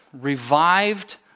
revived